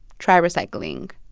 try recycling.